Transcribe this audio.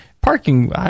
parking